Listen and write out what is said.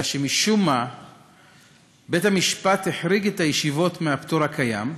אלא שמשום מה בית-המשפט החריג את הישיבות מהפטור הקיים,